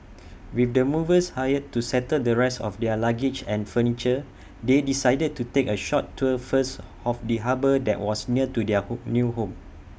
with the movers hired to settle the rest of their luggage and furniture they decided to take A short tour first of the harbour that was near to their home new home